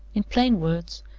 in plain words,